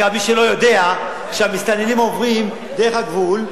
אגב, מי שלא יודע, כשהמסתננים עוברים דרך הגבול,